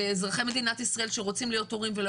ואזרחי מדינת ישראל שרוצים להיות הורים ולא